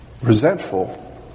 resentful